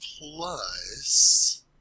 plus